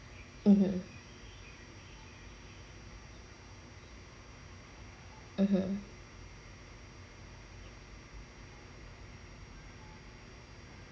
(uh huh) (uh huh)